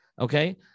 Okay